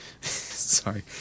Sorry